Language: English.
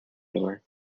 door